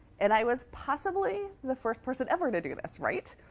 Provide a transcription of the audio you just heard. and i was possibly the first person ever to do this, right?